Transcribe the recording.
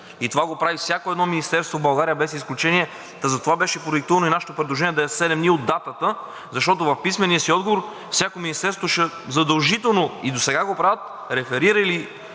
Това го прави всяко едно министерство в България без изключения, та затова беше продиктувано в нашето предложение да е седем дни от датата, защото в писмения си отговор всяко министерство задължително – и досега го правят, реферира и